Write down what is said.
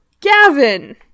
Gavin